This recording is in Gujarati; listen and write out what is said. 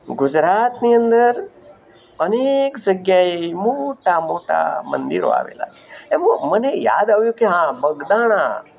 ગુજરાતની અંદર અનેક જગ્યાએ મોટાં મોટાં મંદિરો આવેલાં છે એમાં મને યાદ આવ્યું કે હા બગદાણા